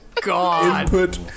God